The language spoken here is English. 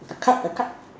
the card the card